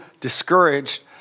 discouraged